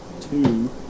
two